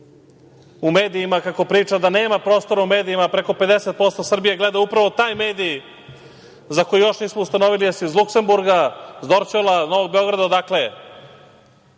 u medijima kako priča da nema prostora u medijima. Preko 50% Srbije gleda upravo taj medij za koji još nismo ustanovili da li je iz Luksemburga, sa Dorćola, Novog Beograda, odakle